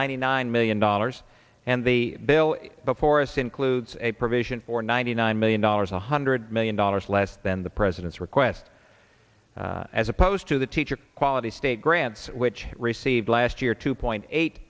ninety nine million dollars and the bill before us includes a provision for ninety nine million dollars one hundred million dollars less than the president's request as opposed to the teacher quality state grants which received last year two point eight